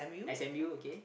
s_m_u okay